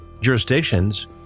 jurisdictions